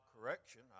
correction